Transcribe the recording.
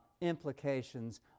implications